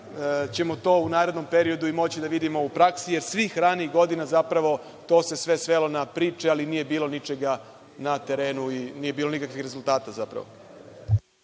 ćemo to u narednom periodu i moći da vidimo u praksi jer svih ranijih godina zapravo to se sve svelo na priče, ali nije bilo ničega na terenu, nije bilo nikakvih rezultata zapravo.